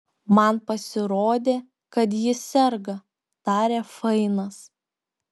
man pasirodė kad ji serga tarė fainas